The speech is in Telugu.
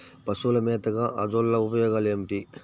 పశువుల మేతగా అజొల్ల ఉపయోగాలు ఏమిటి?